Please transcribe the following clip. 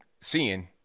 seeing